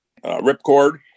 ripcord